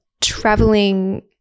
traveling